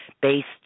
based